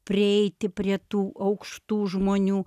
prieiti prie tų aukštų žmonių